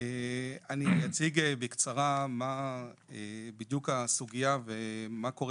אני אציג בקצרה מה בדיוק הסוגייה ומה קורה